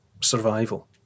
survival